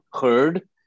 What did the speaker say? heard